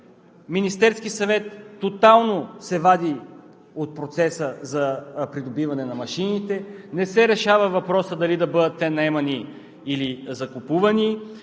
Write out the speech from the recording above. Министерският съвет тотално се вади от процеса за придобиване на машините, не се решава въпросът дали да бъдат те наемани или закупувани,